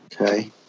Okay